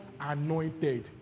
anointed